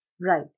Right